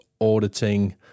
auditing